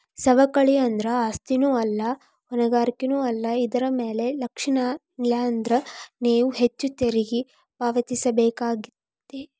ಸವಕಳಿ ಅಂದ್ರ ಆಸ್ತಿನೂ ಅಲ್ಲಾ ಹೊಣೆಗಾರಿಕೆನೂ ಅಲ್ಲಾ ಇದರ್ ಮ್ಯಾಲೆ ಲಕ್ಷಿಲ್ಲಾನ್ದ್ರ ನೇವು ಹೆಚ್ಚು ತೆರಿಗಿ ಪಾವತಿಸಬೇಕಾಕ್ಕೇತಿ